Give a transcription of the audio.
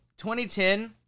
2010